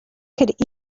could